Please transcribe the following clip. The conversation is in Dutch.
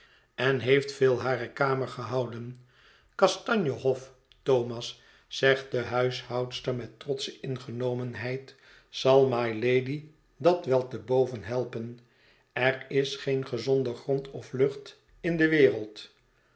en heeft veel hare kamer gehouden kastanje hof thomas zegt de huishoudster met trotsche ingenomenheid zal mylady dat wel te boven helpen er is geen gezonder grond of lucht in de wereld